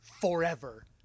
forever